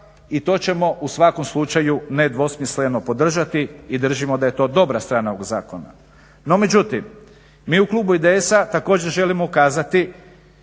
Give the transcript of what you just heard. i to ćemo u svakom slučaju nedvosmisleno podržati i držimo da je to dobra strana ovog zakona. No, međutim mi u klubu IDS-a također želimo ukazati